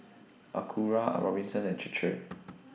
Acura A Robinsons and Chir Chir